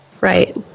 Right